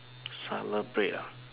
celebrate ah